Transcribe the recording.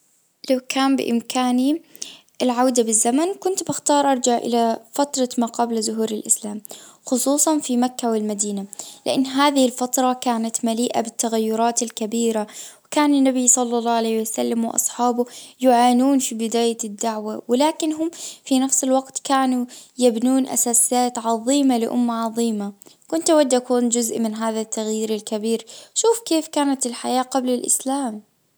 لو كان بامكاني العودة بالزمن كنت بختار ارجع الى فترة ما قبل ظهور الاسلام خصوصا في مكة والمدينة لان هذه الفترة كانت مليئة بالتغيرات الكبيرة وكان النبي صلى الله عليه وسلم واصحابه يعانون في بداية الدعوة ولكن هم في نفس الوقت كانوا يبنون اساسيات عظيمة لامة عظيمة كنت اود اكون جزء من هذا التغيير الكبير شوف كيف كانت الحياة قبل الاسلام.